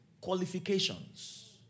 Qualifications